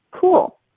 cool